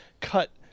cut